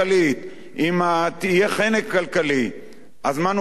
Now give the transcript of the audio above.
אם יהיה חנק כלכלי, אז מה אנחנו נצטרך לעשות?